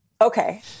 Okay